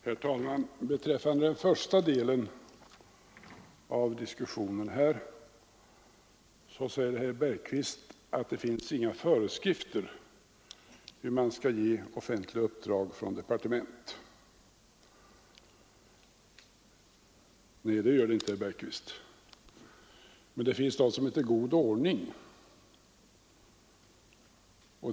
Herr talman! Beträffande den första delen av diskussionen här säger herr Bergqvist att det inte finns några föreskrifter om hur man skall ge offentliga uppdrag från ett departement. Nej, herr Bergqvist, men det finns något som heter god ordning.